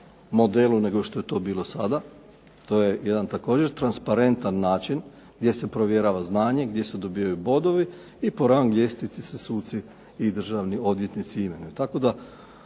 modelu nego što je to bilo sada. To je jedan također transparentan način gdje se provjerava znanje, gdje se dobivaju bodovi i po rang ljestvici se suci i državni odvjetnici imenuju.